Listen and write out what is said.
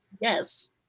yes